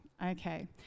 Okay